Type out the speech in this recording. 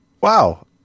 wow